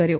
કર્યો